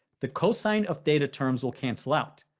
the cosine of data terms will cancel out.